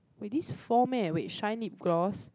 wait this four meh with shine lip gloss